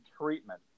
treatment